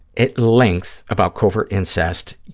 at length about covert incest,